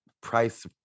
price